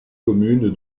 commune